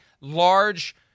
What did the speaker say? large